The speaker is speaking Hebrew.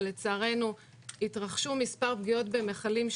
ולצערנו התרחשו מספר פגיעות במכלים,